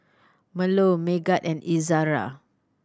Melur Megat and Izara